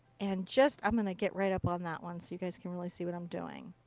and just. i'm going to get right up on that one so you guys can really see what i'm doing.